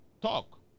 Talk